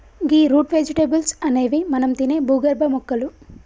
గీ root vegetables అనేవి మనం తినే భూగర్భ మొక్కలు